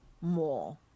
more